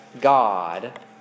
God